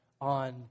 on